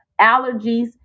allergies